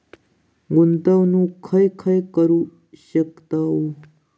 गुंतवणूक खय खय करू शकतव?